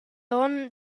onn